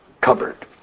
covered